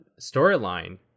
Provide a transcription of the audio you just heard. storyline